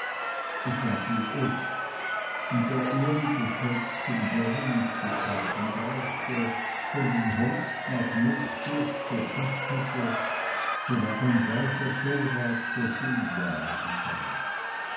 es war viel obst und da uli das holz zum dörren nicht zu kaufen brauchte sondern holz nach notdurft zur pacht hatte so ward ein reicher vorrat für fehljahre gesammelt